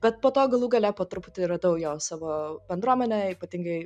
bet po to galų gale po truputį radau jo savo bendruomenę ypatingai